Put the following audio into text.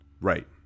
Right